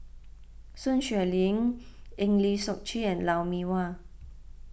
Sun Xueling Eng Lee Seok Chee Lou Mee Wah